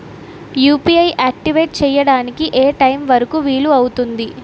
UPI activate చెయ్యడానికి ఏ time వరుకు వీలు అవుతుంది?